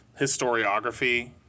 historiography